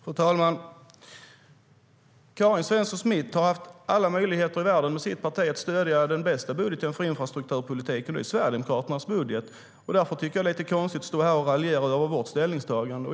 STYLEREF Kantrubrik \* MERGEFORMAT KommunikationerFru talman! Karin Svensson Smith och hennes parti har haft alla möjligheter i världen att stödja den bästa budgeten för infrastrukturpolitiken, nämligen Sverigedemokraternas budget. Därför tycker jag att det är lite konstigt att stå här och raljera över vårt ställningstagande.